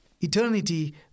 eternity